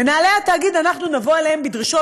מנהלי התאגיד, אנחנו נבוא אליהם בדרישות.